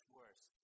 worse